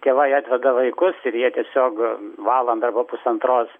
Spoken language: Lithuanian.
tėvai atveda vaikus ir jie tiesiog valandą arba pusantros